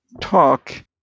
talk